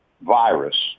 virus